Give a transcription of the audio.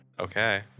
Okay